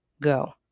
go